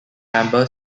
member